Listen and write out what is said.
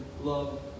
love